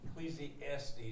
Ecclesiastes